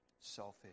selfish